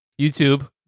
YouTube